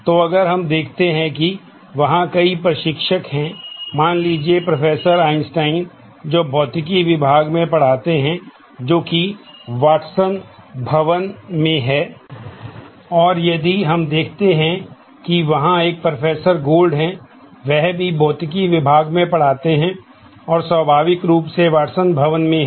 तो अगर हम देखते हैं कि वहाँ कई प्रशिक्षकों हैं मान लीजिए प्रोफेसर आइंस्टीन जो भौतिकी विभाग में पढ़ाते हैं जोकि वाटसन भवन में है और यदि हम देखते हैं कि वहाँ एक प्रोफेसर गोल्ड है वह भी भौतिकी विभाग में पढ़ाते हैं और स्वाभाविक रूप से वाटसन भवन में हैं